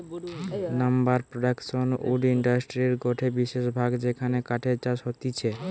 lumber production wood ইন্ডাস্ট্রির গটে বিশেষ ভাগ যেখানে কাঠের চাষ হতিছে